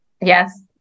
Yes